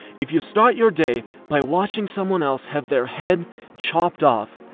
if you start your day by watching someone else have their head chopped off,